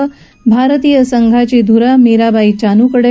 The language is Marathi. असून भारतीय संघाची धुरा मीराबाई चानू कडे